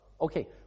Okay